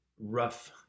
rough